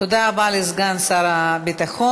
תודה רבה לסגן שר הביטחון.